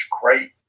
great